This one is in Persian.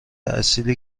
اصیل